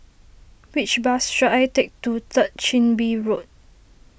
which bus should I take to Third Chin Bee Road